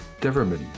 Deverman